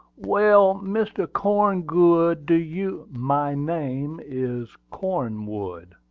well, mr. corngood, do you my name is cornwood,